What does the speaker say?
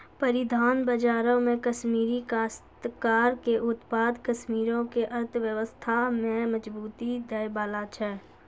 परिधान बजारो मे कश्मीरी काश्तकार के उत्पाद कश्मीरो के अर्थव्यवस्था में मजबूती दै बाला छै